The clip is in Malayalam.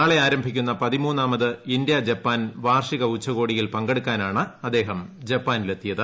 നാളെ ആരംഭിക്കുന്ന പതിമൂന്നാമത് ഇന്തൃ ജപ്പാൻ വാർഷിക ഉച്ചകോടിയിൽ പങ്കെടുക്കാനാണ് അദ്ദേഹം ജപ്പാനിൽ എത്തിയത്